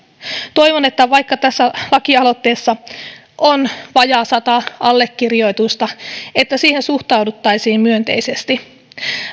toivon että vaikka tässä lakialoitteessa on alle sata allekirjoitusta niin siihen suhtauduttaisiin myönteisesti